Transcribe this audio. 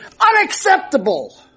unacceptable